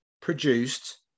produced